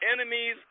enemies